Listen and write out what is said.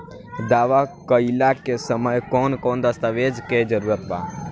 दावा कईला के समय कौन कौन दस्तावेज़ के जरूरत बा?